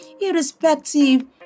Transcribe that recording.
irrespective